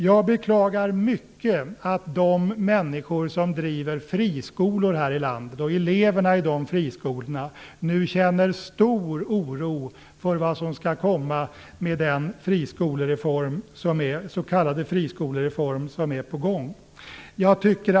Jag beklagar mycket att de människor som driver friskolor här i landet och eleverna i dessa friskolor nu känner stor oro inför vad den s.k. friskolereform som är på gång skall innebära.